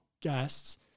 guests